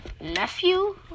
Nephew